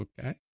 Okay